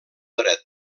dret